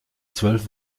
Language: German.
zwölf